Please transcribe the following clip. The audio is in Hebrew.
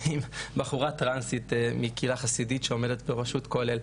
עם בחורה טרנסית מקהילה חסידית שעומדת ברשות כולל.